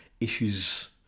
issues